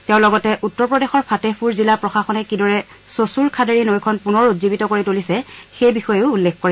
তেওঁ লগতে উত্তৰ প্ৰদেশৰ ফটেহপুৰ জিলা প্ৰশাসনে কিদৰে চচুৰ খাদেৰী নৈখন পুনৰ উজ্জীৱিত কৰি তুলিছে সেই বিষয়েও উল্লেখ কৰে